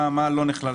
מה לא נכלל.